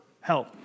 help